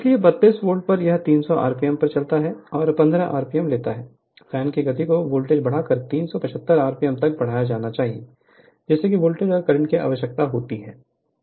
इसलिए 32 वोल्ट पर यह 300 आरपीएम पर चलता है और 15 एम्पीयर लेता है फैन की गति को वोल्टेज बढ़ाकर 375 आरपीएम तक बढ़ाया जाना चाहिए जिससे वोल्टेज और करंट की आवश्यकता होती है